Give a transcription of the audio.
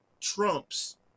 trumps